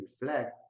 reflect